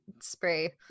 spray